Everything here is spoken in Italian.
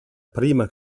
prima